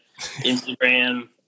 Instagram